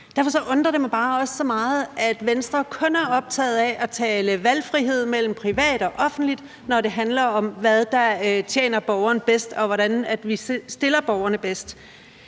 Derfor undrer det mig bare også så meget, at Venstre kun er optaget af at tale valgfrihed mellem privat og offentligt, når det handler om, hvad der tjener borgeren bedst, og hvordan vi stiller borgerne bedst.